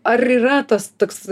ar yra tas toks